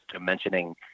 mentioning